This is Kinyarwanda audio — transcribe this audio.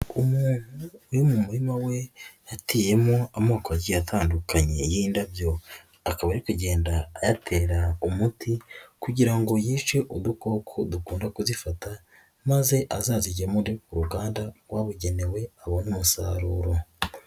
Umu uri mu murima we yateyemo amokoko agiye atandukanye y'indabyo akaba ari kugenda ayatera umuti kugira ngo yice udukoko dukunda kuzifata maze azazigemure ku ruganda wabugenewe maze abona umusaruro.